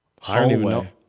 Hallway